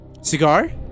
Cigar